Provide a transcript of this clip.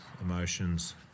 emotions